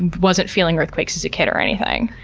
wasn't feeling earthquakes as a kid or anything.